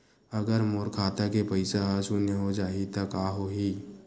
अगर मोर खाता के पईसा ह शून्य हो जाही त का होही?